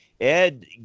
Ed